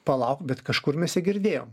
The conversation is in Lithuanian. palauk bet kažkur mes ją girdėjom